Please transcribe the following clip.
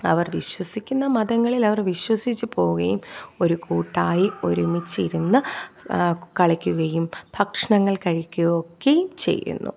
അവർ വിശ്വസിക്കുന്ന മതങ്ങളിൽ അവർ വിശ്വസിച്ച് പോവുകയും ഒരു കൂട്ടായി ഒരുമിച്ചിരുന്ന് കളിക്കുകയും ഭക്ഷണങ്ങൾ കഴിക്കുകയും ഒക്കെയും ചെയ്യുന്നു